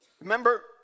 Remember